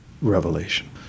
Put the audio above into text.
revelation